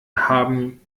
haben